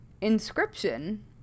inscription